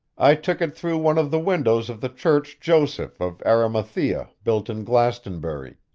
i took it through one of the windows of the church joseph of arimathea built in glastonbury.